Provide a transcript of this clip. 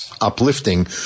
uplifting